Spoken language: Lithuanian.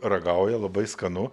ragauja labai skanu